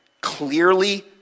clearly